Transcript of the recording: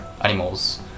animals